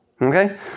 Okay